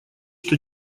что